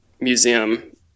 Museum